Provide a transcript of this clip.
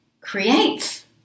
creates